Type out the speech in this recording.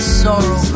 sorrow